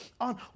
on